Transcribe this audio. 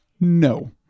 No